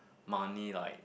money like